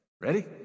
Ready